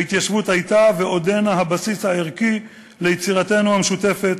ההתיישבות הייתה ועודנה הבסיס הערכי ליצירתנו המשותפת,